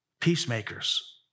Peacemakers